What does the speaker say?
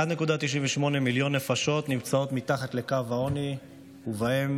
1.98 מיליון נפשות נמצאות מתחת לקו העוני, ובהן